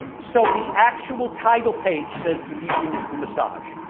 so the actual title page says the medium is the massage.